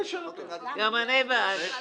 גם אני בעד זה.